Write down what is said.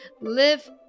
live